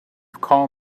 call